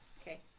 Okay